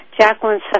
Jacqueline